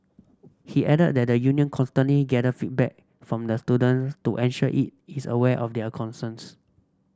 he added that the union constantly gather feedback from the student to ensure it is aware of their concerns